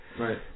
Right